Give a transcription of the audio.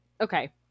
Okay